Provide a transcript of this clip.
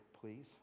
please